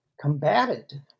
combated